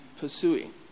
pursuing